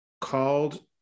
called